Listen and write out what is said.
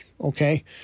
okay